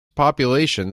population